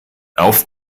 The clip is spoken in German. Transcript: auf